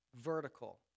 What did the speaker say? vertical